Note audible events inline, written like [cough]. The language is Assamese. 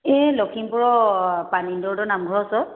এই লখিমপুৰৰ পানী [unintelligible] ডৰ নামঘৰৰ ওচৰত